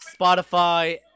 Spotify